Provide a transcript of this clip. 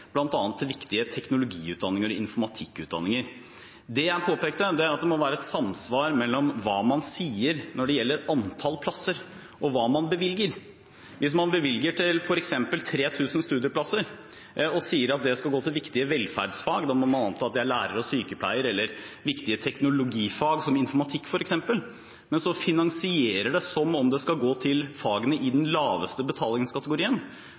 til viktige teknologiutdanninger og informatikkutdanninger. Det jeg påpekte, er at det må være et samsvar mellom hva man sier når det gjelder antall plasser, og hva man bevilger. Hvis man bevilger til f.eks. 3 000 studieplasser og sier at det skal gå til viktige velferdsfag – da må man anta at det er lærer og sykepleier eller viktige teknologifag som informatikk, f.eks. – men så finansierer det som om det skal gå til fagene i den laveste betalingskategorien,